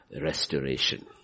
restoration